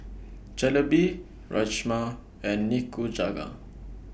Jalebi Rajma and Nikujaga